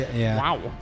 Wow